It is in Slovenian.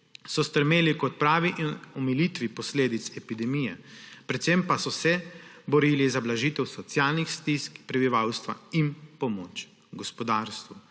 so stremeli k odpravi in omilitvi posledic epidemije, predvsem pa so se borili za blažitev socialnih stisk prebivalstva in pomoč gospodarstvu.